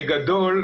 בגדול,